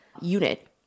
unit